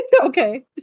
okay